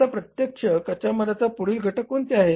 आता खर्चाचे पुढील घटक कोणते आहे